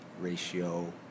ratio